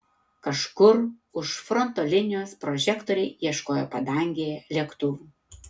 kažkur už fronto linijos prožektoriai ieškojo padangėje lėktuvų